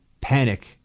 panic